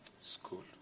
school